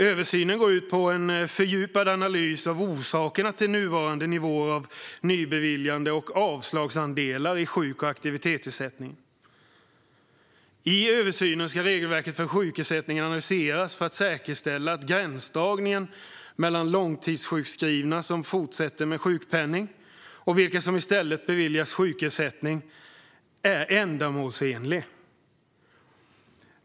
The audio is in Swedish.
Översynen går ut på en fördjupad analys av orsakerna till nuvarande nivåer för nybeviljande och avslagsandelar i sjuk och aktivitetsersättning. I översynen ska regelverket för sjukersättningen analyseras för att säkerställa att gränsdragningen mellan de långtidssjukskrivna som fortsätter med sjukpenning och de som i stället beviljas sjukersättning är ändamålsenlig.